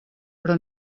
però